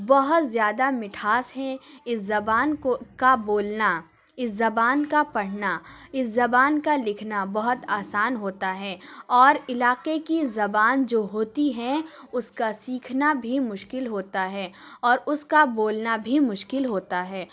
بہت زیادہ مٹھاس ہے اس زبان کو کا بولنا اس زبان کا پڑھنا اس زبان کا لکھنا بہت آسان ہوتا ہے اور علاقے کی زبان جو ہوتی ہیں اس کا سیکھنا بھی مشکل ہوتا ہے اور اس کا بولنا بھی مشکل ہوتا ہے